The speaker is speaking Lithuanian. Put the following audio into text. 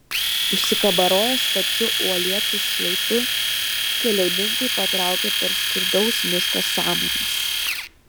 užsikabaroję stačiu uolėtu šlaitu keliauninkai patraukė per skurdaus miško samanas